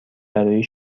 برای